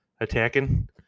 attacking